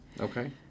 Okay